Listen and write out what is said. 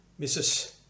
Mrs